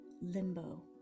limbo